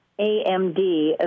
AMD